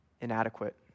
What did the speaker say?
inadequate